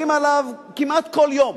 מדברים עליו כמעט כל יום.